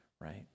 right